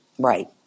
Right